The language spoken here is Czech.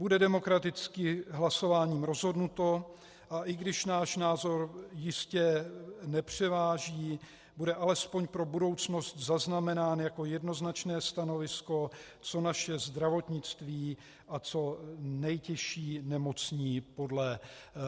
Bude demokraticky hlasováním rozhodnuto, a i když náš názor jistě nepřeváží, bude alespoň pro budoucnost zaznamenán jako jednoznačné stanovisko, co naše zdravotnictví a co nejtěžší nemocní podle